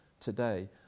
today